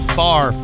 far